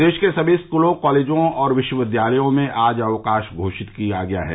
प्रदेश के सभी स्कूलों कॉलेजों और विश्वविद्यालयों में आज अवकाश घोषित किया गया है